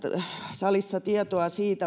salissa tietoa siitä